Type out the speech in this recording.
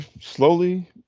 slowly